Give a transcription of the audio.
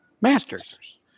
masters